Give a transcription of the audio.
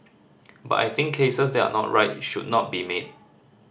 but I think cases that are not right should not be made